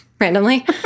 Randomly